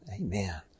Amen